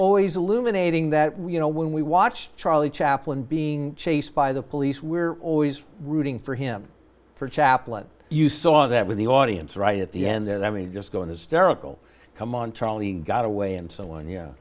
always a lumen a thing that we you know when we watch charlie chaplin being chased by the police we're always rooting for him for chaplin you saw that with the audience right at the end that i mean just going hysterical come on charlie got away and so in